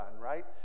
right